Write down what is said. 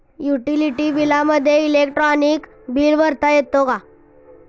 Utility बिलामध्ये electronic bill भरता येते का?